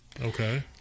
Okay